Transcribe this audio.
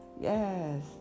Yes